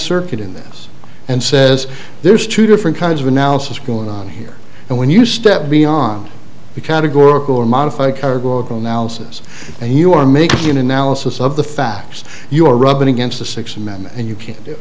circuit in this and says there's two different kinds of analysis going on here and when you step beyond the categorical or modify kerobokan ounces and you are making an analysis of the facts you are rubbing against the six men and you can't do